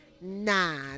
Nah